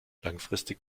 langfristig